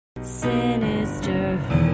Sinister